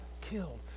killed